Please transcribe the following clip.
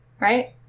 right